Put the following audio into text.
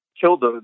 killed